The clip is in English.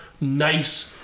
nice